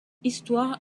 histoire